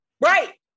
Right